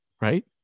right